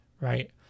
right